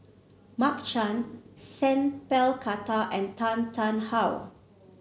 Mark Chan Sat Pal Khattar and Tan Tarn How